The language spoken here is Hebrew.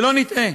שלא נטעה,